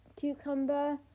cucumber